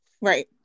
right